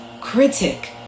critic